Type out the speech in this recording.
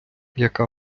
яка